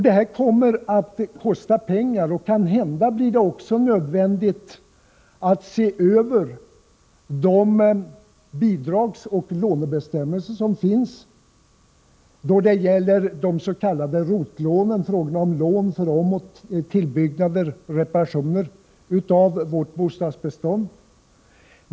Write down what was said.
Det här kommer att kosta pengar, och kanhända blir det också nödvändigt att se över de bidragsoch lånebestämmelser som finns då det gäller de s.k. ROT-lånen — lån för omoch tillbyggnader samt reparationer av vårt bostadsbestånd.